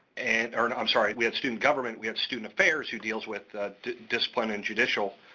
and or and i'm sorry, we had student government, we had student affairs who deals with discipline and judicial